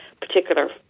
particular